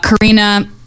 Karina